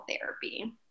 therapy